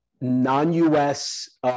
non-US